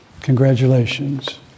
Congratulations